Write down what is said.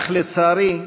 אך, לצערי,